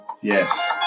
Yes